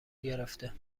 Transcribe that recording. گرفته